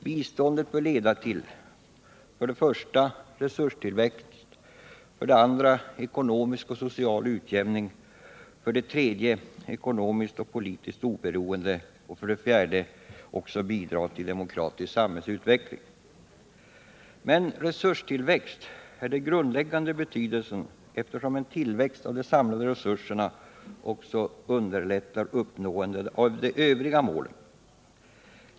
Biståndet bör leda till: Resurstillväxt är dock det mål som har den grundläggande betydelsen, eftersom en tillväxt av de samlade resurserna också underlättar uppnåendet av de övriga målen.